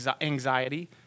anxiety